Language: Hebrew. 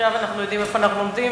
עכשיו אנחנו יודעים איפה אנחנו עומדים.